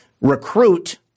recruit